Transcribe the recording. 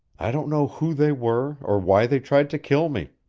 i don't know who they were or why they tried to kill me.